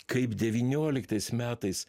kaip devynioliktais metais